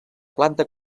planta